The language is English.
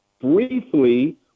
briefly